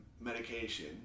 medication